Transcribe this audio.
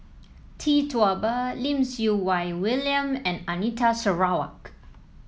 Tee Tua Ba Lim Siew Wai William and Anita Sarawak